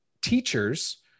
teachers